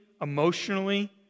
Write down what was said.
emotionally